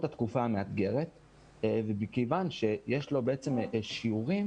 התקופה המאתגרת וכיוון שיש לו שיעורים,